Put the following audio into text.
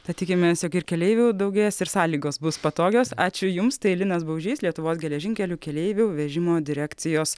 tad tikimės jog ir keleivių daugės ir sąlygos bus patogios ačiū jums tai linas baužys lietuvos geležinkelių keleivių vežimo direkcijos